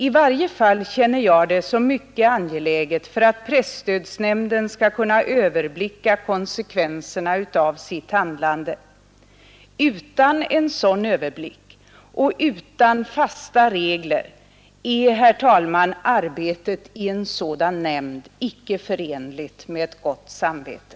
I varje fall känner jag det som mycket angeläget för att presstödsnämnden skall kunna överblicka konsekvenserna av sitt handlande. Utan en sådan överblick och utan fasta regler är, herr talman, arbetet i en sådan nämnd icke förenligt med ett gott samvete.